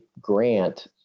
grant